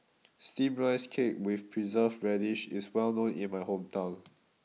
Steamed Rice Cake with Preserved Radish is well known in my hometown